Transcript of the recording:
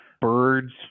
birds